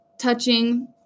touching